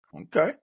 okay